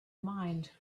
mind